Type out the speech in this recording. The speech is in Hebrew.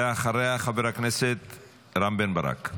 ואחריה, חבר הכנסת רם בן ברק.